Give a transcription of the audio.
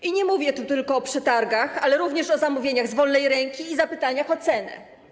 I nie mówię tu tylko o przetargach, ale również o zamówieniach z wolnej ręki i zapytaniach o cenę.